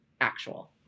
actual